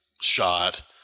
shot